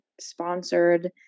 sponsored